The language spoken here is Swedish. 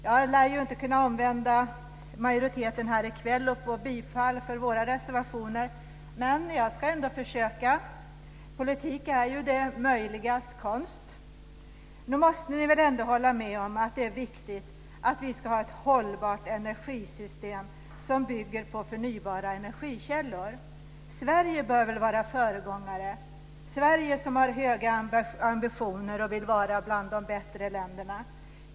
Jag lär ju inte kunna omvända majoriteten här i kväll och få bifall för våra reservationer, men jag ska ändå försöka. Politik är ju det möjligas konst. Nog måste ni väl ändå hålla med om att det är viktigt att vi ska ha ett hållbart energisystem som bygger på förnybara energikällor. Sverige bör väl vara föregångare, Sverige som har höga ambitioner och vill vara bland de bättre länderna?